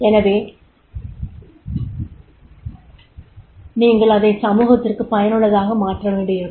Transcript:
எனவே நீங்கள் அதை சமூகத்திற்குப் பயனுள்ளதாக மாற்றவேண்டியிருக்கும்